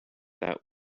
that